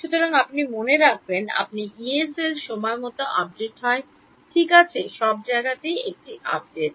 সুতরাং আপনি মনে রাখবেন আপনার ইয়ে সেল সময় মতো আপডেট হয় ঠিক আছে জায়গাতেই একটি আপডেট